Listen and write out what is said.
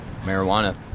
marijuana